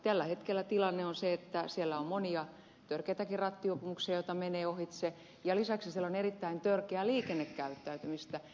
tällä hetkellä tilanne on se että siellä on monia törkeitäkin rattijuopumuksia joita menee ohitse ja lisäksi siellä on erittäin törkeää liikennekäyttäytymistä